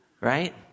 right